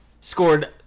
scored